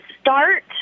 start